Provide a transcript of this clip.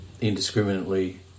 indiscriminately